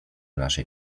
naszej